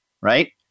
right